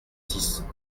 six